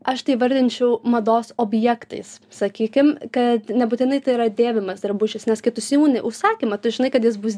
aš tai įvardinčiau mados objektais sakykim kad nebūtinai tai yra dėvimas drabužis nes kai tu siūni užsakymą tu žinai kad jis bus